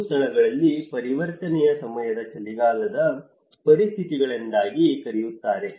ಕೆಲವು ಸ್ಥಳಗಳಲ್ಲಿ ಪರಿವರ್ತನೆಯ ಸಮಯದ ಚಳಿಗಾಲದ ಪರಿಸ್ಥಿತಿಗಳಿಂದಾಗಿ ಕರೆಯುತ್ತಾರೆ